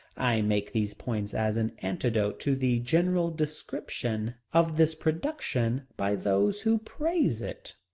i make these points as an antidote to the general description of this production by those who praise it.